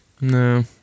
No